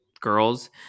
girls